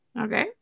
Okay